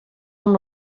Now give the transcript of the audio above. amb